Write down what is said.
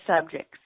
subjects